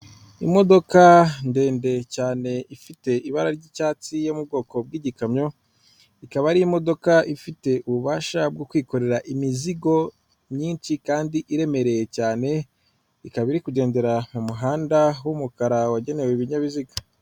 Imodoka ndende cyane ifite ibara ry'icyatsi yo mu bwoko bw'igikamyo, ikaba ari imodoka ifite ububasha bwo kwikorera imizigo myinshi kandi iremereye cyane, ikaba iri kugendera mu muhanda w'umukara wagenewe ibinyabiziga.